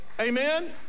amen